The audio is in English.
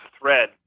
thread